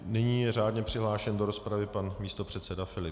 Nyní je řádně přihlášen do rozpravy pan místopředseda Filip.